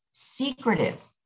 secretive